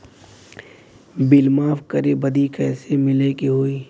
Bill माफ करे बदी कैसे मिले के होई?